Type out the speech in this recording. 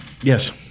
Yes